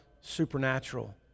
supernatural